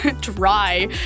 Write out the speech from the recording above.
dry